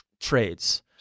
trades